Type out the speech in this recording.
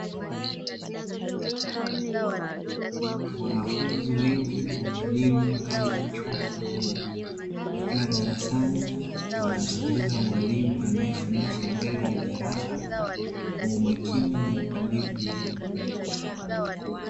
Wanafunzi wengi wa elimu ngazi ya chuo kikuu wakiwa darasani wanamsikiliza mwalimu anayefundisha mbele ya darasa kwa umakini na utulivu mkubwa.